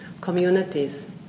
communities